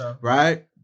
Right